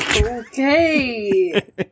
okay